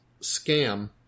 scam